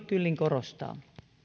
kyllin korostaa